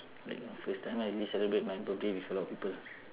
like my first time I really celebrate my birthday with a lot of people